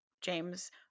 James